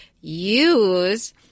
use